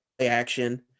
action